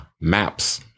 Maps